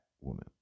woman